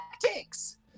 tactics